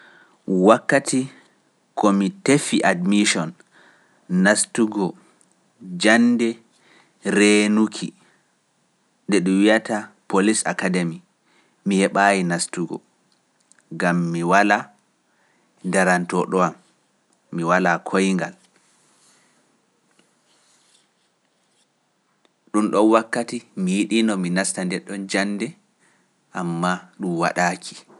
Wakkati ko mi tefi admission naftugo jaande reenuki nde ɗum wi’ata Polis Akademi, mi heɓaayi naftugo, gam mi walaa darantooɗo am, mi walaa koyngal. Ɗum ɗoon wakkati mi yiɗiino mi nasta nden ɗon jaande, ammaa ɗum waɗaaki.